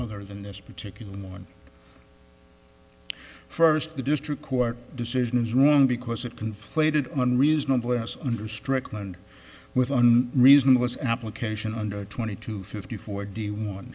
other than this particular one first the district court decision is wrong because it conflated one reasonableness under strickland with one reason was application under twenty two fifty four d one